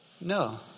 No